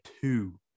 two